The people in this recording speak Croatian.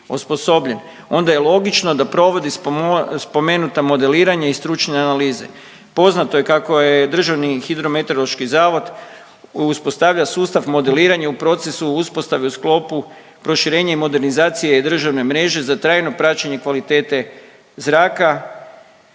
onda je logično da provodi spomo… spomenuta modeliranja i stručne analize. Poznato je kako je DHMZ uspostavio sustav modeliranja u procesu uspostave u sklopu proširenja i modernizacije državne mreže za tajno praćenje kvalitete zraka